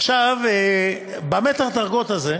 עכשיו, במתח הדרגות הזה,